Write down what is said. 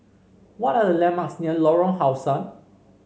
what are the landmarks near Lorong How Sun